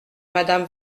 madame